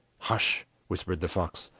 hush! whispered the fox,